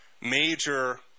major